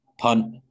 punt